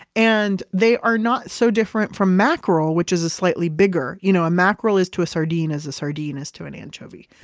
and they are not so different from mackerel, which is a slightly bigger. you know a mackerel is to a sardine as a sardine is to an anchovy.